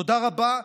תודה רבה,